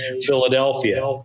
Philadelphia